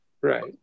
right